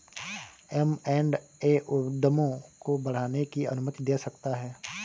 M and A उद्यमों को बढ़ाने की अनुमति दे सकता है